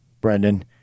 Brendan